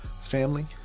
Family